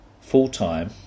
full-time